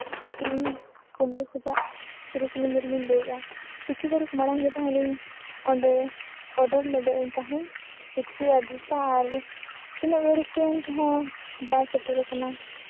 ᱤᱧ ᱠᱚᱱᱰᱤ ᱠᱷᱚᱡᱟᱜ ᱥᱩᱨᱩᱠᱩᱱᱤ ᱢᱩᱨᱢᱩᱧ ᱞᱟᱹᱭᱮᱜᱼᱟ ᱠᱤᱪᱷᱩ ᱜᱷᱟᱹᱲᱤᱡ ᱢᱟᱲᱟᱝ ᱜᱮ ᱚᱸᱰᱮ ᱚᱰᱟᱨ ᱞᱮᱫᱟᱹᱧ ᱛᱟᱦᱮᱸᱫ ᱤᱰᱞᱤ ᱟᱨ ᱫᱷᱚᱥᱟ ᱟᱨ ᱩᱱᱟᱹᱜ ᱜᱷᱟᱹᱲᱤᱡ ᱦᱩᱭᱮᱱ ᱨᱮᱦᱚᱸ ᱵᱟᱭ ᱥᱮᱴᱮᱨᱟᱠᱟᱱᱟ